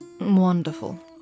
Wonderful